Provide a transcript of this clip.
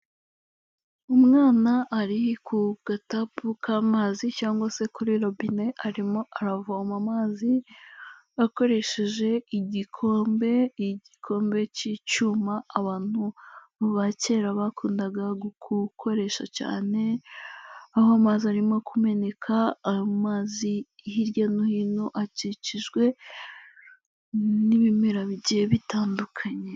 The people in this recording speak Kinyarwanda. Umwana ari ku gatapu k'amazi cyangwa se kuri robine, arimo aravoma amazi akoresheje igikombe, igikombe cy'icyuma abantu ba kera bakundaga gukoresha cyane, aho amazi arimo kumeneka, amazi hirya no hino akikijwe n'ibimera bigiye bitandukanye.